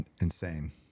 insane